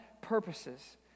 purposes